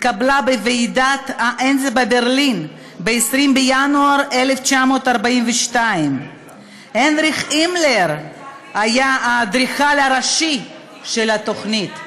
התקבלה בוועידת אנזה בברלין ב-20 בינואר 1942. היינריך הימלר היה האדריכל הראשי של התוכנית.